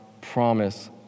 promise